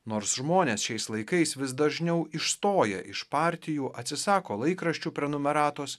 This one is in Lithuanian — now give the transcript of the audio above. nors žmonės šiais laikais vis dažniau išstoja iš partijų atsisako laikraščių prenumeratos